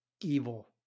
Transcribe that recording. evil